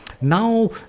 Now